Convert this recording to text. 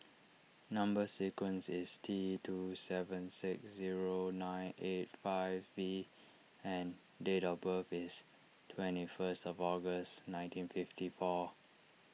Number Sequence is T two seven six zero nine eight five V and date of birth is twenty first of August nineteen fifty four